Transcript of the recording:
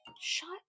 Shut